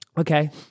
Okay